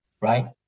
right